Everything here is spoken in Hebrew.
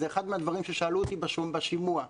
זה אחד מהדברים ששאלו אותי בשימוע.